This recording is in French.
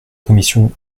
commission